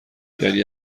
یعنی